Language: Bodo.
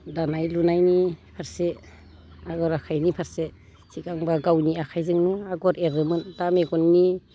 दानाय लुनायनि फारसे आगर आखाइनि फारसे सिगांबा गावनि आखाइजोंनो आगर एरोमोन दा मेगननि